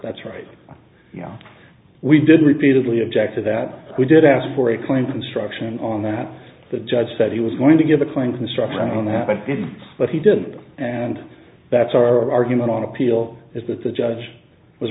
that's right you know we did repeatedly object to that we did ask for a claims instruction on that the judge said he was going to give the client instruction on happened but he didn't and that's our argument on appeal is that the judge was